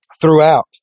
Throughout